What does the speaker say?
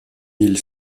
mille